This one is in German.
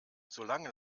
solange